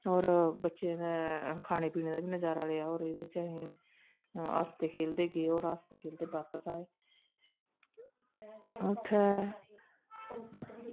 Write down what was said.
और बच्चैं नै खानें पीनें दा बी नज़ारा लेआ एह्दा हसदे खेलदे गे और हसदे खेलदे आए उत्थै